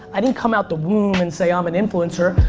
i didn't come out the womb and say i'm an influencer.